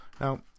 now